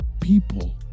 people